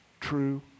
true